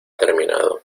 terminado